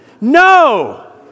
No